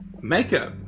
makeup